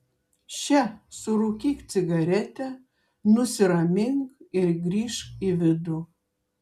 še surūkyk cigaretę nusiramink ir grįžk į vidų